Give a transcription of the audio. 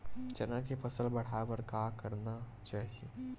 चना के फसल बढ़ाय बर का करना चाही?